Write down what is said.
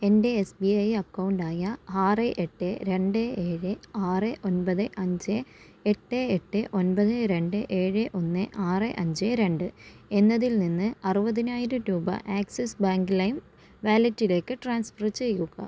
എൻ്റെ S B I account ആയ ആറ് എട്ട് രണ്ട് ഏഴ് ആറ് ഒൻപത് അഞ്ച് എട്ട് എട്ട് ഒൻപത് രണ്ട് ഏഴ് ഒന്ന് ആറ് അഞ്ച് രണ്ട് എന്നതിൽ നിന്ന് അറുപതിനായിരം രൂപ ആക്സിസ് ബാങ്ക് ലൈം വാലറ്റിലേക്ക് ട്രാൻസ്ഫർ ചെയ്യുക